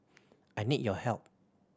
I need your help